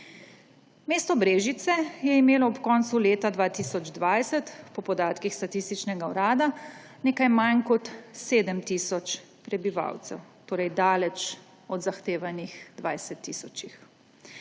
Mesto Brežice je imelo ob koncu leta 2020 po podatkih Statističnega urada nekaj manj kot 7 tisoč prebivalcev, torej daleč od zahtevanih 20 tisoč.